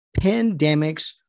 pandemics